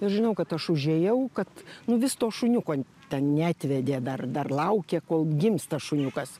ir žinau kad aš užėjau kad nu vis to šuniuko ten neatvedė dar dar laukia kol gims tas šuniukas